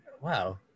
wow